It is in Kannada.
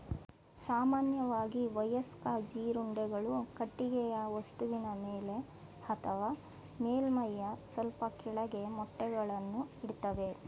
ಸಾಮಾನ್ಯವಾಗಿ ವಯಸ್ಕ ಜೀರುಂಡೆಗಳು ಕಟ್ಟಿಗೆಯ ವಸ್ತುವಿನ ಮೇಲೆ ಅಥವಾ ಮೇಲ್ಮೈಯ ಸ್ವಲ್ಪ ಕೆಳಗೆ ಮೊಟ್ಟೆಗಳನ್ನು ಇಡ್ತವೆ